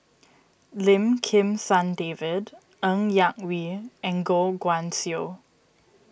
Lim Kim San David Ng Yak Whee and Goh Guan Siew